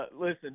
listen